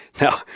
Now